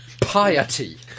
Piety